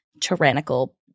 tyrannical